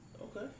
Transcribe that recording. Okay